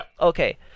Okay